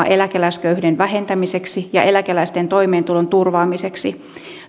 eläkeläisköyhyyden vähentämiseksi ja eläkeläisten toimeentulon turvaamiseksi